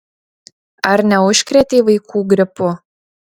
ar neužkrėtei vaikų gripu